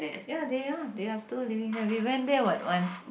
ya they are they are still living there we went there what once